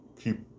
keep